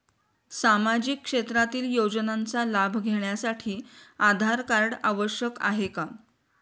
सामाजिक क्षेत्रातील योजनांचा लाभ घेण्यासाठी आधार कार्ड आवश्यक आहे का?